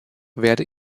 werde